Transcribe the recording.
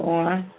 one